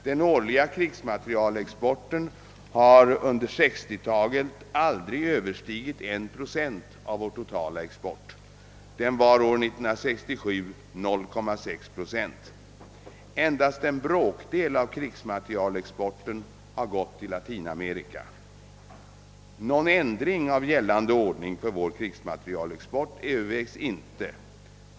Den årliga krigsmaterielexporten har under 60-talet aldrig överstigit 1 procent av vår totala export. Den var år 1967 0,6 procent. Endast en bråkdel av krigsmaterielexporten har gått till Latinamerika. Någon ändring av gällande ordning för vår krigsmaterielexport övervägs inte.